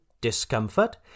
discomfort